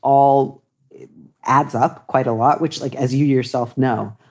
all adds up quite a lot, which like as you yourself know.